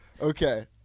Okay